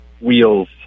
wheels